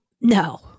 No